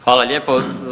Hvala lijepo.